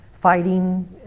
fighting